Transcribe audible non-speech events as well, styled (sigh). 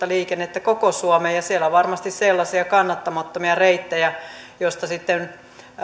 (unintelligible) liikennettä koko suomeen ja siellä on varmasti sellaisia kannattamattomia reittejä joista sitten